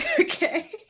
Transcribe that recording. Okay